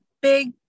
big